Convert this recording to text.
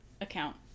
account